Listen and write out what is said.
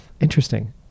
Interesting